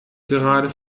gerade